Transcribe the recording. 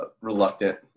reluctant